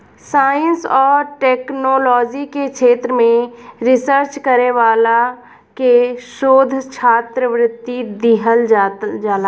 science आ technology के क्षेत्र में रिसर्च करे वाला के शोध छात्रवृत्ति दीहल जाला